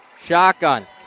shotgun